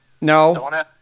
No